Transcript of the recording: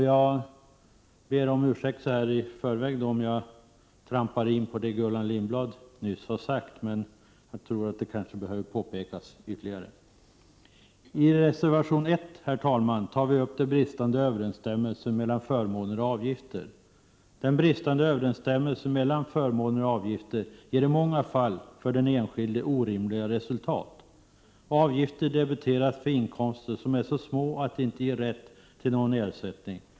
Jag ber om ursäkt i förväg om jag trampar in på det som Gullan Lindblad nyss har sagt, men jag tror att det kanske behöver påpekas ytterligare. I reservation nr 1 tar vi upp den bristande överensstämmelsen mellan förmåner och avgifter. Den ger i många fall orimliga resultat för den enskilde. Avgifter debiteras för inkomster som är så små att de inte ger rätt till någon ersättning.